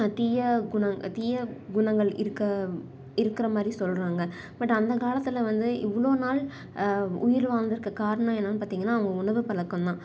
தீய குணங் தீய குணங்கள் இருக்க இருக்கிற மாதிரி சொல்கிறாங்க பட் அந்தக்காலத்தில் வந்து இவ்வளோ நாள் உயிர் வாழ்ந்திருக்க காரணம் என்னான்னு பார்த்திங்கன்னா அவங்க உணவு பழக்கம் தான்